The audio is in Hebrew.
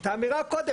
את האמירה קודם,